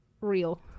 real